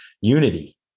unity